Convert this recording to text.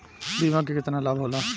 बीमा के केतना लाभ होला?